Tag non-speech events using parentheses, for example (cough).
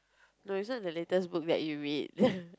no it's not the latest book that you read (laughs)